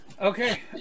Okay